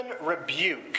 rebuke